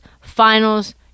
finals